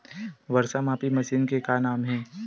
वर्षा मापी मशीन के का नाम हे?